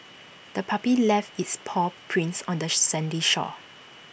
the puppy left its paw prints on the sandy shore